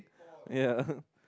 ya